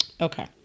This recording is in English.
Okay